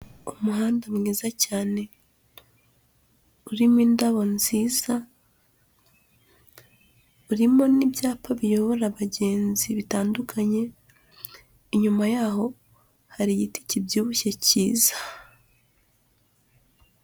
Umuhanda mwiza cyane, urimo indabo nziza, urimo n'ibyapa biyobora abagenzi bitandukanye, inyuma yaho hari igiti kibyibushye cyiza.